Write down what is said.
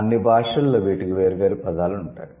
అన్ని భాషలలో వీటికి వేర్వేరు పదాలు ఉంటాయి